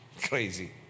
crazy